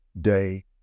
day